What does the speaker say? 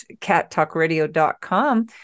cattalkradio.com